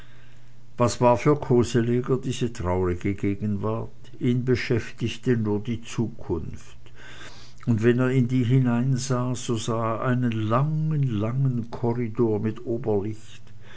was war für koseleger diese traurige gegenwart ihn beschäftigte nur die zukunft und wenn er in die hineinsah so sah er einen langen langen korridor mit oberlicht